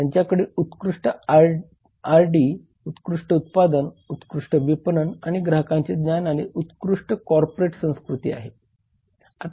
त्यांच्याकडे उत्कृष्ट आर आणि डी उत्कृष्ट उत्पादन उत्कृष्ट विपणन आणि ग्राहकांचे ज्ञान आणि उत्कृष्ट कॉर्पोरेट संस्कृती आहे